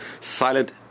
silent